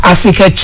Africa